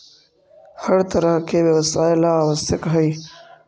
हर तरह के व्यवसाय ला आवश्यक हई